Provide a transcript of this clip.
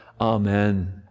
Amen